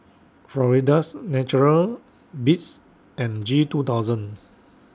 Florida's Natural Beats and G two thousand